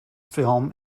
film